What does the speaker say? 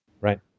Right